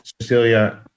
Cecilia